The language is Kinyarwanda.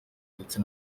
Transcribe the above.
ndetse